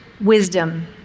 wisdom